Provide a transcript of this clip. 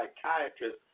psychiatrist